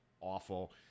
awful